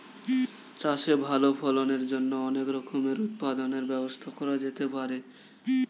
চাষে ভালো ফলনের জন্য অনেক রকমের উৎপাদনের ব্যবস্থা করা যেতে পারে